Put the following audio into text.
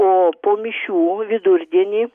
oo po mišių vidurdienį